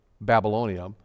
Babylonia